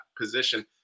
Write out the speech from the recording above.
position